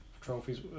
trophies